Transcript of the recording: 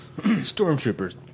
Stormtroopers